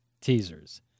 teasers